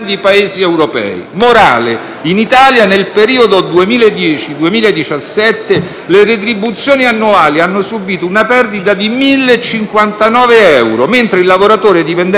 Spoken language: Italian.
retribuzioni annuali hanno subito una perdita di 1.059 euro, mentre quella del lavoratore dipendente tedesco è salita - al contrario - di ben 3.825 euro l'anno.